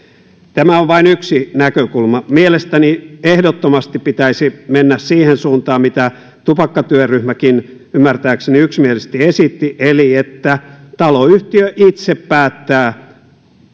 tämä on vain yksi näkökulma mielestäni ehdottomasti pitäisi mennä siihen suuntaan mitä tupakkatyöryhmäkin ymmärtääkseni yksimielisesti esitti eli että taloyhtiö itse päättää